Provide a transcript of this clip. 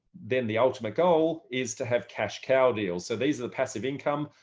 then the ultimate goal is to have cash cow deals. so these are the passive income.